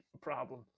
problem